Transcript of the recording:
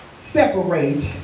separate